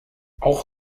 auch